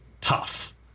tough